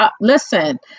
Listen